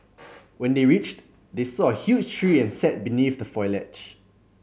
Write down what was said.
when they reached they saw a huge tree and sat beneath the foliage